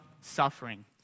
suffering